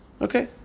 Okay